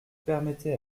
permettez